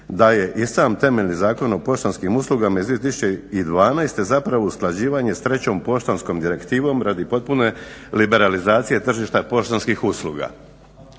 da je i sam temeljni zakon o poštanskim uslugama iz 2012. zapravo usklađivanje s trećom poštanskom direktivom radi potpune liberalizacije tržišta poštanskih usluga.